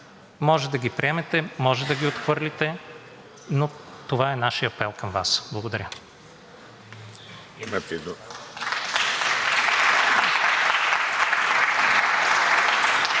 Може да ги приемете, може да ги отхвърлите, но това е нашият апел към Вас. Благодаря.